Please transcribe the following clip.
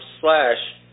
slash